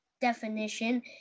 definition